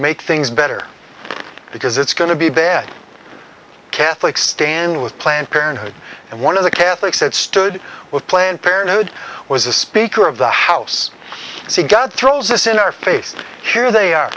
make things better because it's going to be bad catholics stand with planned parenthood and one of the catholics that stood with planned parenthood was the speaker of the house and he got throws this in our face here they are